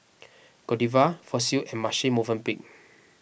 Godiva Fossil and Marche Movenpick